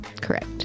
Correct